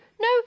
no